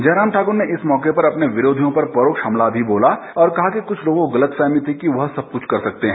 जयराम ठाकुर ने इस मौके पर अपने विरोधियों पर परोक्ष हमला भी बोला और कहा कि कुछ लोगों को गलतफहमी थी कि वही सब कुछ कर सकते हैं